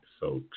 folks